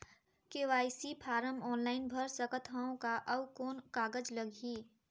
KYC form online भर सकत हवं का? अउ कौन कागज लगही?